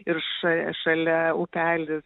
ir š šalia upelis